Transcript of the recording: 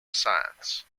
science